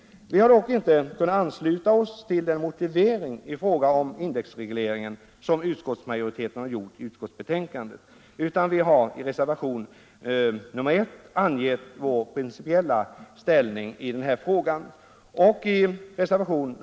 Vi har dock inte kunnat ansluta oss till utskottsmajoritetens motivering när det gäller en indexreglering. Vi har därför i reservation 1 angivit vår principiella ståndpunkt i den här frågan.